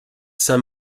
saint